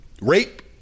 rape